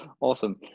awesome